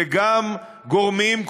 וגם גורמים,